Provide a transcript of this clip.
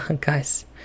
guys